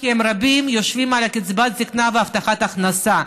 כי רבים יושבים על קצבת זקנה והבטחת הכנסה,